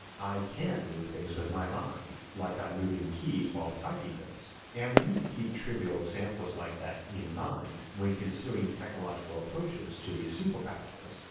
i can move things with my mind, like i'm moving keys while typing this, and we need to keep trivial examples like that in mind when considering technological approaches to these superpowers.